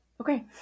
Okay